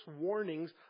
warnings